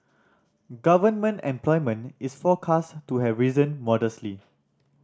government employment is forecast to have risen modestly